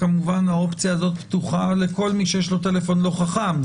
כמובן האופציה הזו פתוחה לכל מי שיש לו טלפון לא חכם,